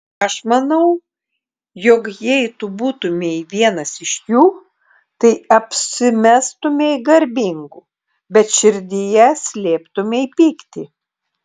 aš manau jog jei tu būtumei vienas iš jų tai apsimestumei garbingu bet širdyje slėptumei pyktį